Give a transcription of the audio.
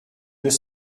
deux